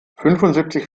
fünfundsiebzig